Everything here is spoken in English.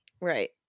Right